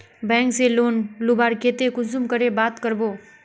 Bank से loan लुबार केते कुंसम करे बात करबो?